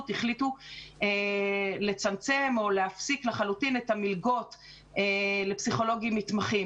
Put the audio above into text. החליטו לצמצם או להפסיק לחלוטין את המלגות לפסיכולוגים מתמחים.